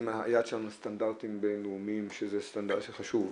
היעד שלנו זה סטנדרטים בין-לאומיים שזה חשוב.